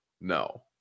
no